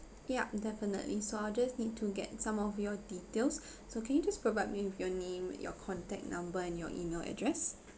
yup definitely so I'll just need to get some of your details so can you just provide me with your name your contact number and your email address